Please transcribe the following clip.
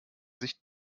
sich